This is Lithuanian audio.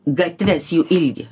gatves jų ilgį